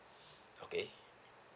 okay